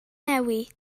newid